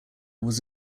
was